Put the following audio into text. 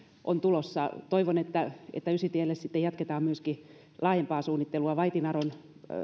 on tulossa toivon että että ysitielle sitten jatketaan myöskin laajempaa suunnittelua vaitinaron